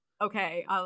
Okay